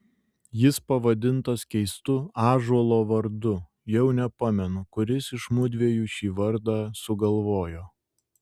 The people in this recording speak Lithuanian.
jis pavadintas keistu ąžuolo vardu jau nepamenu kuris iš mudviejų šį vardą sugalvojo